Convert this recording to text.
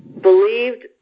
believed